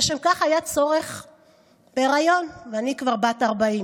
לשם כך היה צורך בהיריון, ואני כבר בת 40,